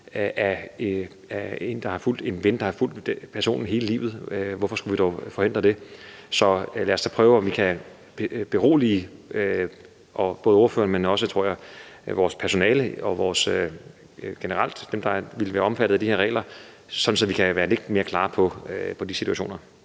af en ven, der har fulgt personen hele livet. Hvorfor skulle vi dog forhindre det? Lad os dog prøve, om vi kan berolige, ikke bare ordføreren, men også, tror jeg, vores personale og generelt dem, der ville være omfattet af de her regler, sådan at vi kan være lidt mere klare, hvad angår de situationer.